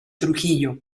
trujillo